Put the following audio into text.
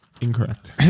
Incorrect